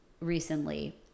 recently